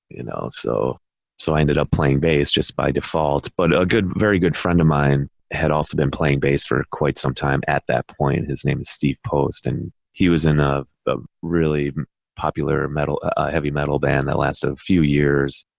you know, so so i ended up playing bass just by default. but a good, very good friend of mine had also been playing bass for quite some time at that point. his name is steve post and he was in a really popular metal a heavy metal band that lasted a few years.